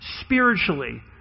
spiritually